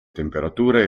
temperature